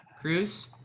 Cruz